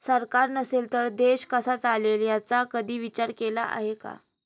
सरकार नसेल तर देश कसा चालेल याचा कधी विचार केला आहे का?